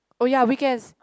oh ya weekends